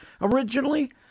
originally